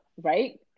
right